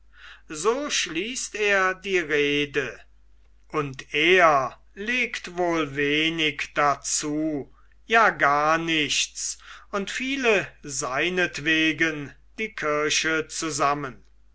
so schließt er die rede und er legt wohl wenig dazu ja gar nichts und fiele seinetwegen die kirche zusammen